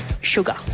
sugar